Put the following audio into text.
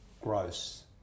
gross